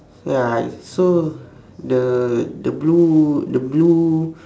ya so the the blue the blue